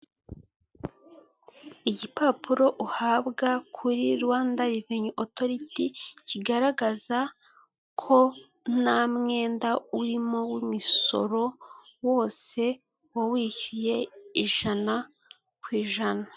Igipapuro uhabwa kuri Rwanda reveni otoriti, kigaragaza ko nta mwenda urimo w'imisoro wose wawishyuye ijana ku ijana.